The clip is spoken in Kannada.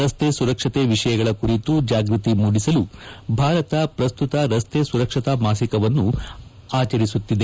ರಸ್ತೆ ಸುರಕ್ಷತೆ ವಿಷಯಗಳ ಕುರಿತು ಜಾಗ್ವತಿ ಮೂದಿಸಲು ಭಾರತ ಪ್ರಸ್ತುತ ರಸ್ತೆ ಸುರಕ್ಷತಾ ಮಾಸಿಕವನ್ನು ಆಚರಿಸುತ್ತಿದೆ